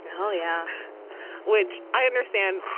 you know yeah which i understand,